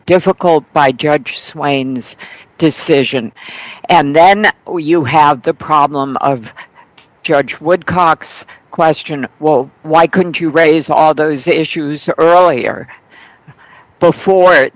difficult by judge swain's decision and then you have the problem of judge woodcocks question well why couldn't you raise all those issues earlier before